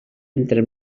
entre